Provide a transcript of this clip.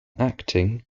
acting